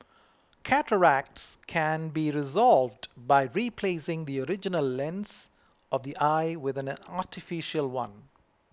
cataracts can be resolved by replacing the original lens of the eye with an artificial one